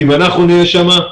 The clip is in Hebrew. אם אנחנו נהיה שם,